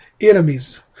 enemies